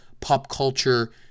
pop-culture